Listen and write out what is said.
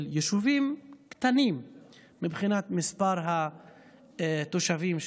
של יישובים קטנים מבחינת מספר התושבים שם,